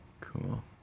Cool